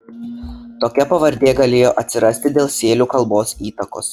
tokia pavardė galėjo atsirasti dėl sėlių kalbos įtakos